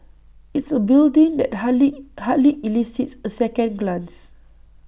it's A building that hardly hardly elicits A second glance